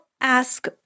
ask